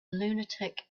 lunatic